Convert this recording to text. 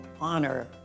honor